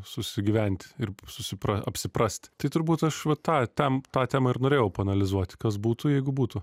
susigyvent ir susipra apsiprasti tai turbūt aš va tą tam tą temą ir norėjau paanalizuoti kas būtų jeigu būtų